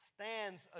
stands